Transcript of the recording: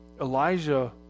Elijah